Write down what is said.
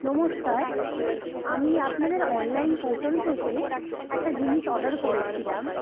নমস্কার আমি আপনাদের অনলাইন পোর্টাল থেকে একটা জিনিস অর্ডার করেছিলাম